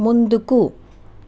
ముందుకు